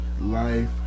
Life